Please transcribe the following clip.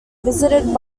visited